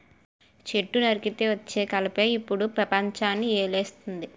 చెట్టు నరికితే వచ్చే కలపే ఇప్పుడు పెపంచాన్ని ఏలేస్తంది